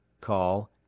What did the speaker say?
call